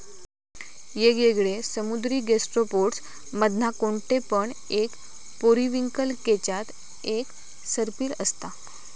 येगयेगळे समुद्री गैस्ट्रोपोड्स मधना कोणते पण एक पेरिविंकल केच्यात एक सर्पिल असता